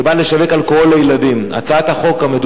והשיווק של משקאות אלכוהוליים, התש"ע 2009,